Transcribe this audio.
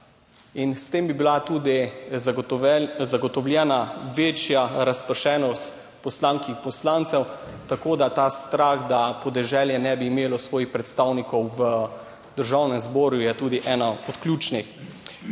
in s tem bi bila tudi zagotovljena večja razpršenost poslank in poslancev. Tako da ta strah, da podeželje ne bi imelo svojih predstavnikov v Državnem zboru, je tudi ena od ključnih.